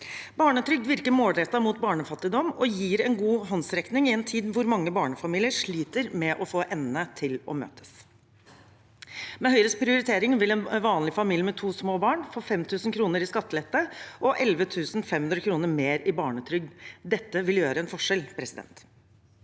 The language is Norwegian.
Barnetrygd virker målrettet mot barnefattigdom og gir en god håndsrekning i en tid hvor mange barnefamilier sliter med å få endene til å møtes. Med Høyres prioritering vil en vanlig familie med to små barn få 5 000 kr i skattelette og 11 500 kr mer i barnetrygd. Dette vil gjøre en forskjell. Selv